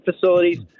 facilities